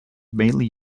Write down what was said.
mainly